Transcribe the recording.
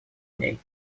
дней